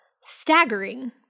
staggering